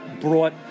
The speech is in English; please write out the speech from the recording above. brought